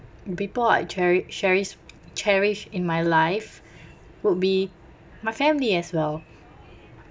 people I cheri~ cherish cherish in my life would be my family as well